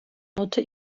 notu